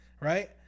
Right